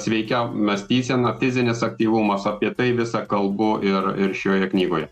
sveikia mąstysena fizinis aktyvumas apie tai visa kalbu ir ir šioje knygoje